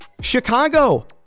Chicago